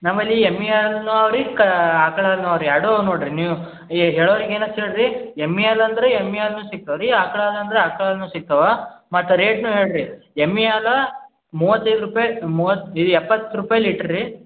ನಮ್ಮಲ್ಲಿ ಎಮ್ಮೆ ಹಾಲುನು ಅವ ರೀ ಕ ಆಕಳು ಹಾಲುನ ಅವ ರೀ ಎರಡು ನೋಡ್ರಿ ನೀವು ಏ ಹೇಳುವರಿಗೆ ಏನಾಗ್ತದ ರೀ ಎಮ್ಮೆ ಹಾಲು ಅಂದರೆ ಎಮ್ಮೆ ಹಾಲ್ನಾ ಸಿಗ್ತದ್ರಿ ಆಕಳು ಹಾಲಂದ್ರಾ ಆಕಳು ಹಾಲುನ ಸಿಗ್ತವಾ ಮತ್ತು ರೇಟ್ನು ನೋಡ್ರಿ ಎಮ್ಮಿ ಹಾಲು ಮೂವತ್ತೈದು ರೂಪಾಯಿ ಮೂವತ್ತು ಇದು ಎಪ್ಪತ್ತು ರೂಪಾಯಿ ಲೀಟ್ರ್ ರೀ